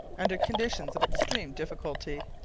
under conditions of extreme difficulty.